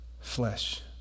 flesh